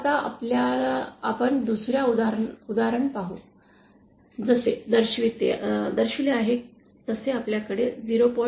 आता आपण दुसरे उदाहरण पाहूया जसे दर्शविले आहे तसे आपल्याकडे 0